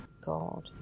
God